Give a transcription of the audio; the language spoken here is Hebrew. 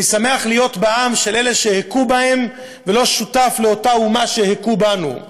אני שמח להיום בעם של אלה שהכו בהם ולא שותף לאותה אומה שהכו בנו.